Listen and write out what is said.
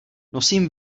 nosím